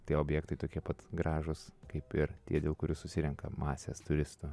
tie objektai tokie pat gražūs kaip ir tie dėl kurių susirenka masės turistų